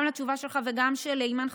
גם על השאלה שלך וגם של אימאן ח'טיב,